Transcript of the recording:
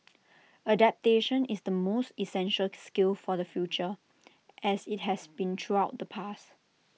adaptation is the most essential skill for the future as IT has been throughout the past